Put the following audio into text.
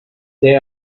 they